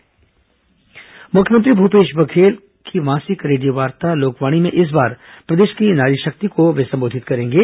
लोकवाणी मुख्यमंत्री भूपेश बघेल मासिक रेडियोवार्ता लोकवाणी में इस बार प्रदेश की नारीशक्ति को संबोधित करेंगे